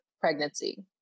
pregnancy